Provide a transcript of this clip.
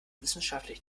wissenschaftlich